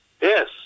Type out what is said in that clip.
Yes